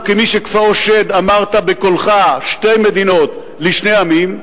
וכמי שכפאו שד אמרת בקולך: שתי מדינות לשני עמים.